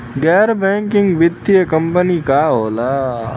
गैर बैकिंग वित्तीय कंपनी का होला?